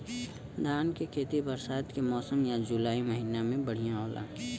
धान के खेती बरसात के मौसम या जुलाई महीना में बढ़ियां होला?